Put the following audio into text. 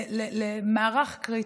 למערך קריטי.